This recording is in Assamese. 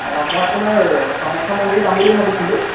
অঁ মই আপোনাৰ কামাখ্যা মন্দিৰ যাম বুলি ভাবিছিলোঁ